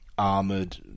armored